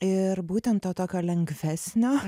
ir būtent to tokio lengvesnio